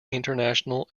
international